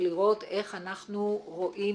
ולראות איך אנחנו רואים,